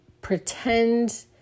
pretend